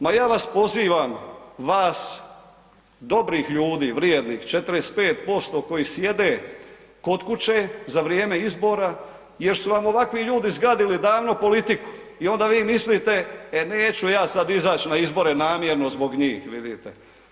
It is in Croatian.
Ma ja vas pozivam vas dobrih ljudi, vrijednih, 45% koji sjede kod kuće za vrijeme izbora jer su vam ovakvi ljudi zgadili davno politiku i onda vi mislite e neću ja sad izaći na izbore namjerno zbog njih, vidite.